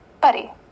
Buddy